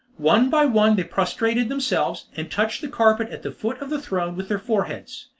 one by one they prostrated themselves, and touched the carpet at the foot of the throne with their foreheads.